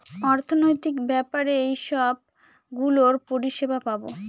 অর্থনৈতিক ব্যাপারে এইসব গুলোর পরিষেবা পাবো